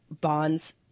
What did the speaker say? bonds